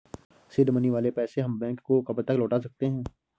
Seed money वाले पैसे हम बैंक को कब तक लौटा सकते हैं?